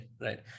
right